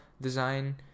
design